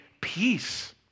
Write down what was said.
peace